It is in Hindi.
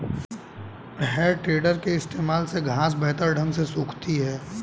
है टेडर के इस्तेमाल से घांस बेहतर ढंग से सूखती है